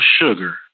sugar